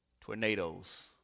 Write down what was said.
tornadoes